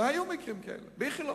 והיו מקרים כאלה ב"איכילוב".